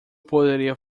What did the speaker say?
poderia